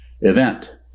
event